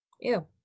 Ew